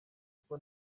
kuko